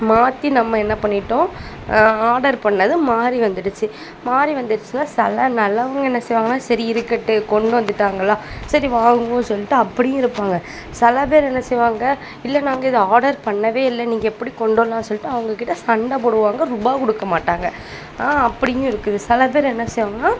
மாற்றி நம்ம என்ன பண்ணிட்டோம் ஆடர் பண்ணது மாறி வந்துடுச்சு மாறி வந்துடுச்சுன்னா சில நல்லவங்க என்ன செய்வாங்கள் சரி இருக்கட்டும் கொண்டு வந்துட்டாங்களா சரி வாங்குவோன்னு சொல்லிட்டு அப்படியும் இருப்பாங்கள் சில பேர் என்ன செய்வாங்கள் இல்லை நாங்கள் இதை ஆடர் பண்ணவே இல்லை நீங்கள் எப்படி கொண்டு வரலாம்னு சொல்லிட்டு அவங்ககிட்ட சண்டை போடுவாங்கள் ரூபா கொடுக்க மாட்டாங்கள் ஆனால் அப்படியும் இருக்குது சில பேர் என்ன செய்வாங்கன்னால்